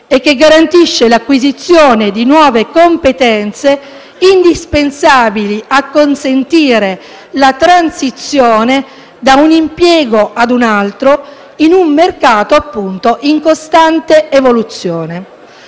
e che garantisce l'acquisizione di nuove competenze indispensabili a consentire la transizione da un impiego ad un altro in un mercato del lavoro in costante evoluzione.